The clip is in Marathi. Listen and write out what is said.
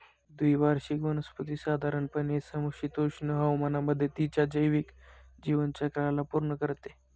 द्विवार्षिक वनस्पती साधारणपणे समशीतोष्ण हवामानामध्ये तिच्या जैविक जीवनचक्राला पूर्ण करते